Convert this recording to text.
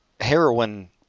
Heroin